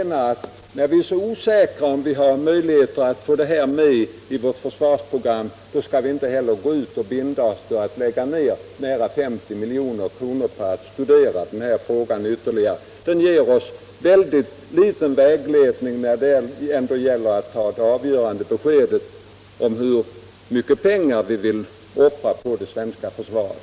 När vi är osäkra om huruvida vi kan få med detta i vårt försvarsprogram, skall vi inte heller lägga ned nära 50 milj.kr. på att studera detta flygplan ytterligare. Detta ger oss en mycket liten vägledning för det avgörande beslutet om hur mycket pengar vi skall offra på det svenska försvaret.